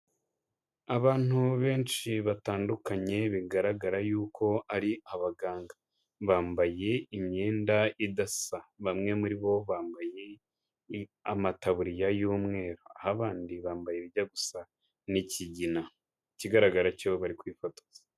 Abantu benshi batandukanye bigaragara yuko ari abaganga, bambaye imyenda idasa, bamwe muri bo bambaye amataburiya y'umweru aho abandi bambaye ibijya gusa n'ikigina, ikigaragara cyo bari kwifotoza.